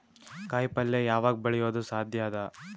ಕಾಯಿಪಲ್ಯ ಯಾವಗ್ ಬೆಳಿಯೋದು ಸಾಧ್ಯ ಅದ?